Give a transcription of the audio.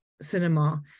cinema